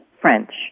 French